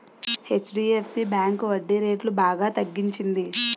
HDFC bank వడ్డీరేట్లు బాగా తగ్గించింది